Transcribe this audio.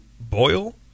boil